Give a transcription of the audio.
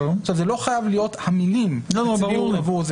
זה לא חייב להיות המילים -- לא, ברור.